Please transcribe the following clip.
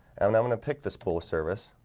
and i'm i'm going to pick this pool of service